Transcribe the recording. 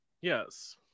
Yes